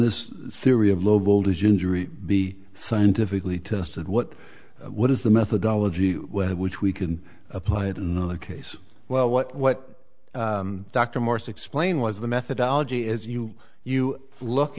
this theory of low voltage injury be scientifically tested what what is the methodology which we can apply it in the case well what what dr morse explain was the methodology is you you look